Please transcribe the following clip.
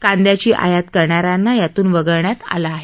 कांद्याची आयात करणाऱ्यांना यातून वगळण्यात आलं आहे